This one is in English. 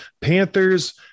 Panthers